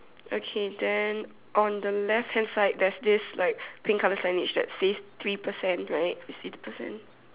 okay then on the left hand side there's this like pink colour signage that says three percent right you see the percent